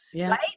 right